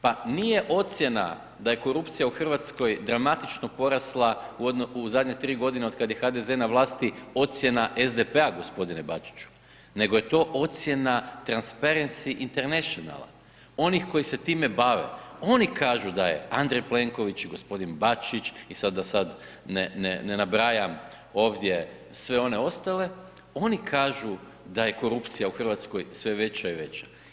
Pa nije ocjena da je korupcija u Hrvatskoj dramatično porasla u zadnje tri godine otkada je HDZ na vlasti ocjena SDP-a gospodine Bačiću nego je to ocjena Transparency Internationala, onih koji se time bave, oni kažu da je Andrej Plenković, gospodin Bačić i sad da sad ne nabrajam ovdje sve one ostale, oni kažu da je korupcija u Hrvatskoj sve veća i veća.